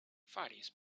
faris